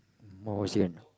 uh what was it again